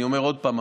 אני אומר עוד פעם,